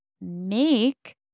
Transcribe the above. make